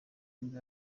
nibwo